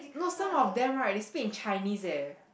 no some of them right they speak in Chinese eh